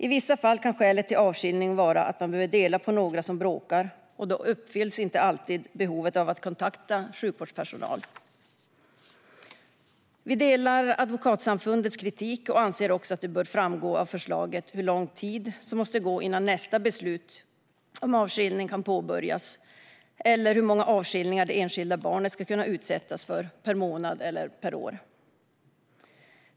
I vissa fall kan skälet till avskiljning vara att man behöver dela på några som bråkar, och då uppfylls inte alltid behovet av att kontakta sjukvårdspersonal. Vi delar Advokatsamfundets kritik och anser också att det bör framgå av förslaget hur lång tid som måste gå innan nästa beslut om avskiljning kan fattas eller hur många avskiljningar det enskilda barnet ska kunna utsättas för per månad eller per år.